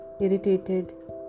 irritated